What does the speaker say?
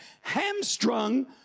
hamstrung